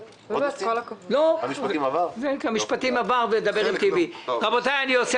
רבותי, אני עושה